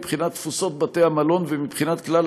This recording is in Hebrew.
מבחינת תפוסות בתי-המלון ומבחינת כלל